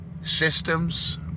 systems